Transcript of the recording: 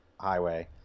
highway